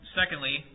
secondly